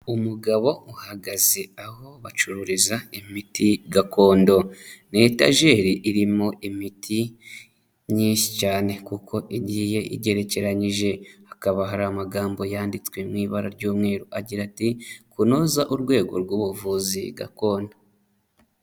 Umugabo uhagaze aho bacururiza imiti gakondo, ni etajeri irimo imiti myinshi cyane kuko igiye igerekeranyije hakaba hari amagambo yanditswe mu ibara ry'umweru agira ati" "Kunoza urwego rw'ubuvuzi gakondo."